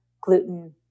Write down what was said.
gluten